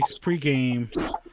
pregame